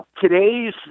Today's